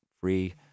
free